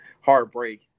heartbreak